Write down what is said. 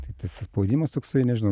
tai tas spaudimas toksai nežinau